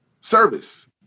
Service